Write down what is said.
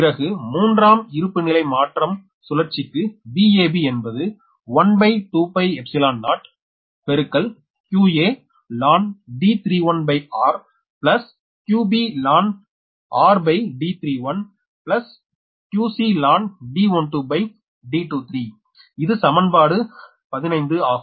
பிறகு மூன்றாம் இருப்பிநிலை மாற்றம் சுழற்சிக்கு Vab என்பது இது சமன்பாடு 15 ஆகும்